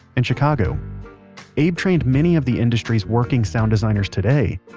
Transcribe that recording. and chicago abe trained many of the industry's working sound designers today,